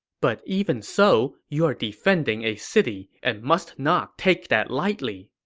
but even so, you are defending a city and must not take that lightly.